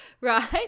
Right